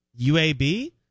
UAB